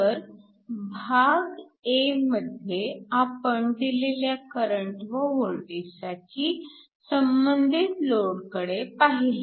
तर भाग a मध्ये आपण दिलेल्या करंट व वोल्टेजसाठी संबंधित लोडकडे पाहिले